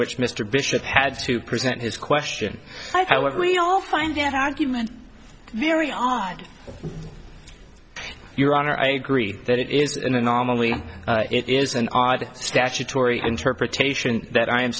which mr bishop had to present his question i what we all find out has given very odd your honor i agree that it is an anomaly it is an odd statutory interpretation that i am